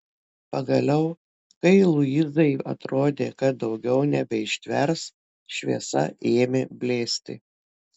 pagaliau kai luizai atrodė kad daugiau nebeištvers šviesa ėmė blėsti